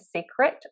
secret